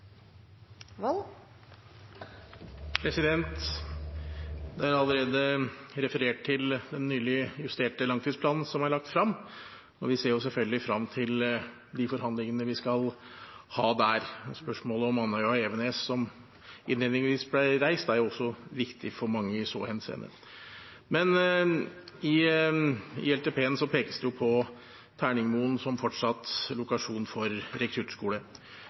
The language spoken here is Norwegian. Det er allerede referert til den nylig justerte langtidsplanen som er lagt frem, og vi ser selvfølgelig frem til de forhandlingene vi skal ha der. Spørsmålet om Andøya og Evenes som innledningsvis ble reist, er også viktig for mange i så henseende. I LTP-en pekes det på Terningmoen som fortsatt lokasjon for rekruttskole.